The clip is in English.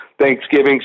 Thanksgiving